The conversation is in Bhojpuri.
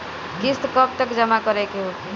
किस्त कब तक जमा करें के होखी?